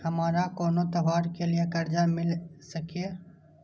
हमारा कोनो त्योहार के लिए कर्जा मिल सकीये?